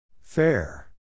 Fair